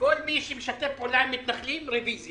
שלמרות שמשרד הביטחון אמר שהם יחכו חודש ופתאום אנחנו רואים שהם